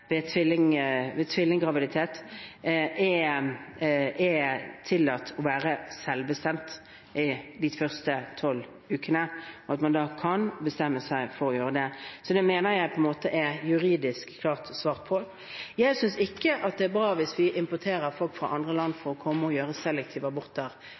ved tvillinggraviditet er tillatt å være selvbestemt i de første tolv ukene, og at man da kan bestemme seg for å gjøre det. Så det mener jeg på en måte er juridisk klart svart på. Jeg synes ikke det er bra hvis vi importerer folk fra andre land for å komme og få utført selektive aborter